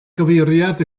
gyfeiriad